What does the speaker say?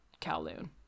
Kowloon